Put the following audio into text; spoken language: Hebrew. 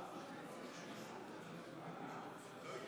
להלן תוצאות ההצבעה: 49 בעד,